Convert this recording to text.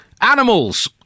Animals